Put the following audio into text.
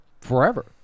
forever